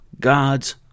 God's